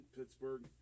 Pittsburgh